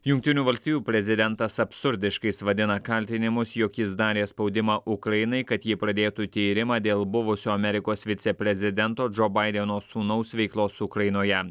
jungtinių valstijų prezidentas absurdiškais vadina kaltinimus jog jis darė spaudimą ukrainai kad ji pradėtų tyrimą dėl buvusio amerikos viceprezidento džo baideno sūnaus veiklos ukrainoje